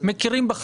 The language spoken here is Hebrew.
כפי שאנחנו מכירים,